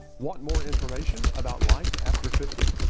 want more information about life after fifty?